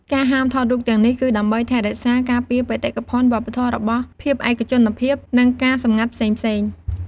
ការហាមថតរូបទាំងនេះ គឺដើម្បីថែរក្សាការពារបេតិកភណ្ឌវប្បធម៌របស់ ភាពឯកជនភាព និងការសម្ងាត់ផ្សេងៗ។